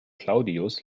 claudius